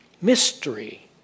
mystery